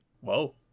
Whoa